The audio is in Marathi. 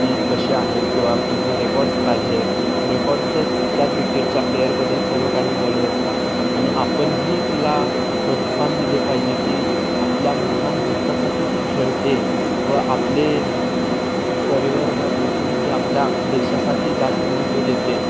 ती कसे आहे किंवा तिचे रेकॉर्ड्स काय आहे रेकॉर्ड्सच त्या क्रिकेटच्या प्लेअरबद्दल सर्व काही बोलत असतात आणि आपणही तिला प्रोत्साहन दिले पाहिजे की आपल्या महान भारतासाठी ती खेळते व आपले करिअरवर नसून ती आपल्या देशासाठी जास्त महत्त्व देते